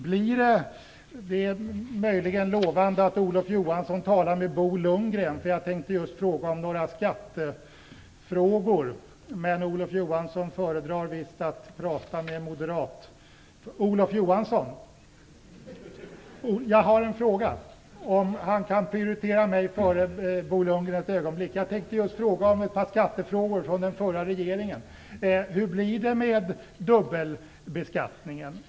Det är möjligen lovande att Olof Johansson talar med Bo Lundgren, för jag tänkte just fråga om några skattefrågor. Men Olof Johansson föredrar visst att prata med en moderat. Olof Johansson! Jag har en fråga, om han kan prioritera mig före Bo Lundgren ett ögonblick. Jag tänkte just fråga om ett par skattefrågor från den förra regeringen. Hur blir det med dubbelbeskattningen?